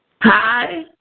Hi